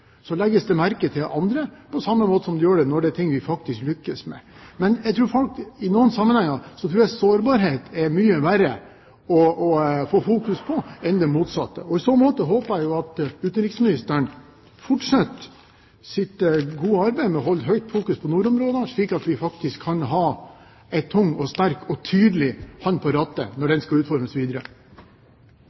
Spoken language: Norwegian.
legges det merke til av andre, på samme måte som når det er ting vi faktisk lykkes med. I noen sammenhenger tror jeg sårbarhet er mye verre å få oppmerksomhet rundt enn det motsatte. I så måte håper jeg at utenriksministeren fortsetter sitt gode arbeid med å fokusere sterkt på nordområdene, slik at vi faktisk kan ha en tung, sterk og tydelig hånd på rattet når nordområdepolitikken skal utformes videre.